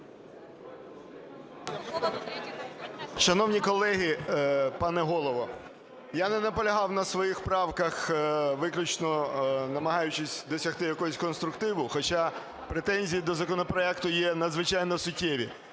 Шановні колеги, пане Голово! Я не наполягав на своїх правках, виключно намагаючись досягти якогось конструктиву, хоча претензії до законопроекту є надзвичайно суттєві.